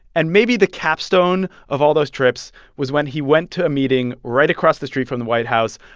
and maybe the capstone of all those trips was when he went to a meeting right across the street from the white house.